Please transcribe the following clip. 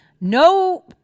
no